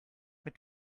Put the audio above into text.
mit